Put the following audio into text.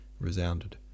resounded